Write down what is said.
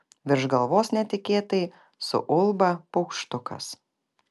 virš galvos netikėtai suulba paukštukas